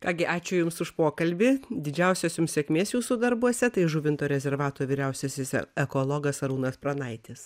ką gi ačiū jums už pokalbį didžiausios jums sėkmės jūsų darbuose tai žuvinto rezervato vyriausiasis e ekologas arūnas pranaitis